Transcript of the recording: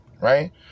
Right